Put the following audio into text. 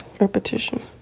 repetition